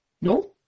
No